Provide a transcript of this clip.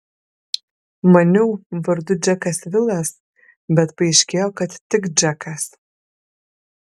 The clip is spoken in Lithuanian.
maniau vardu džekas vilas bet paaiškėjo kad tik džekas